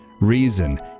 reason